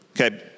Okay